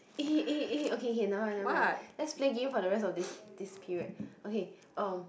eh eh eh okay okay never mind never mind let's play game for the rest of this this period okay um